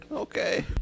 Okay